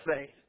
faith